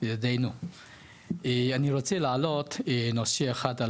אני רוצה להעלות נושא אחד.